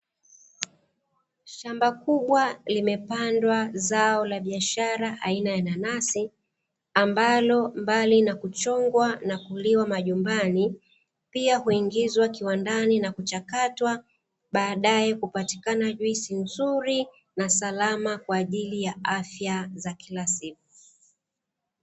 Shamba kubwa limepandwa zao la biashara aina ya Nanasi, ambalo mbali kuchongwa na kuliwa majumbani, pia huingizwa kiwandani na kuchakatwa badae kupatikana juice nzuri na salama kwa ajili ya afya za kila siku.